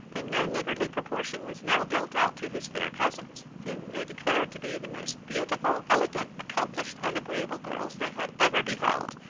and no niggardly proportion was now dealt out to his fair cousins, whom they declared to be the most beautiful, elegant, accomplished, and agreeable girls they had ever beheld,